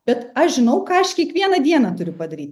bet aš žinau ką aš kiekvieną dieną turiu padaryt